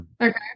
Okay